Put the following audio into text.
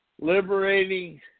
liberating